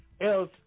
else